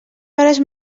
hores